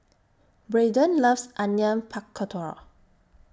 Braydon loves Onion Pakora